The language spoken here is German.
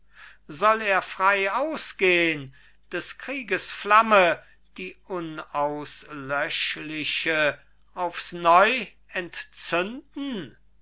soll er frei ausgehn des krieges flamme die unauslöschliche aufs neu entzünden